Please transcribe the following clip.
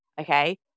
Okay